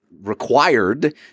required